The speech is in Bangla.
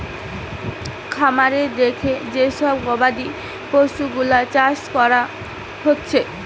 খামারে রেখে যে সব গবাদি পশুগুলার চাষ কোরা হচ্ছে